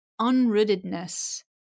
unrootedness